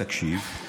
תקשיב,